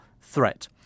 threat